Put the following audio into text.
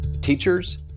teachers